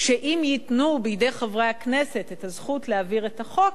שאם ייתנו בידי חברי הכנסת את הזכות להעביר את החוק,